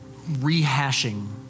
rehashing